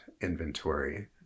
inventory